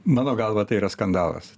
mano galva tai yra skandalas